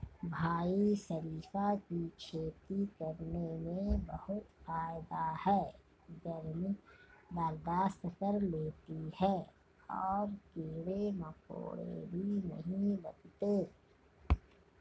भाई शरीफा की खेती करने में बहुत फायदा है गर्मी बर्दाश्त कर लेती है और कीड़े मकोड़े भी नहीं लगते